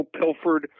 Pilford